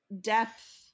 depth